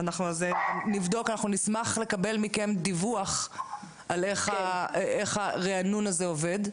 אנחנו נבדוק ונשמח לקבל מכם דיווח איך הריענון הזה עובד,